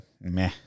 meh